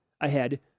ahead